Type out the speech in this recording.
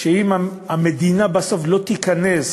שאם המדינה בסוף לא תיכנס,